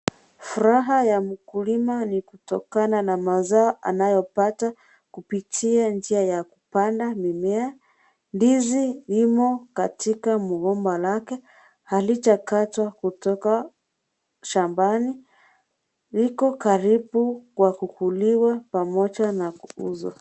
Furaha yamkulima ni kutokana na mazao anayopata kupitia njia ya kupanda mimea. Ndizi limo katika mgomba wake halijakatwa kutoka shambani liko karibu kwa kukuliwa pamoja na kuuzwa.